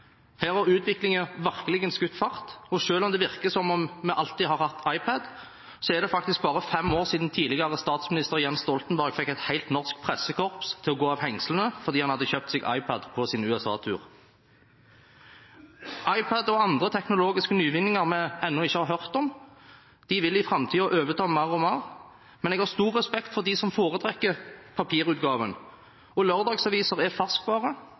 her har utviklingen virkelig skutt fart, og selv om det virker som om vi alltid har hatt iPad, er det faktisk bare fem år siden tidligere statsminister Jens Stoltenberg fikk et helt norsk pressekorps til å gå av hengslene fordi han hadde kjøpt seg iPad på sin USA-tur. iPad og andre teknologiske nyvinninger vi ennå ikke har hørt om, vil i framtiden overta mer og mer, men jeg har stor respekt for dem som foretrekker papirutgaven. Lørdagsaviser er